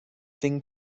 ding